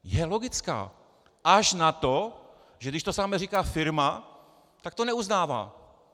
Je logická, až na to, že když to samé říká firma, tak to neuznává.